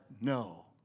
No